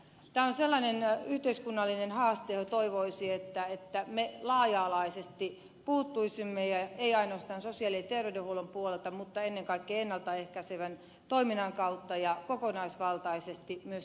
tämä on sellainen yhteiskunnallinen haaste johon toivoisi että me laaja alaisesti puuttuisimme ei ainoastaan sosiaali ja terveydenhuollon puolelta mutta ennen kaikkea ennalta ehkäisevän toiminnan kautta ja kokonaisvaltaisesti myös työelämän kautta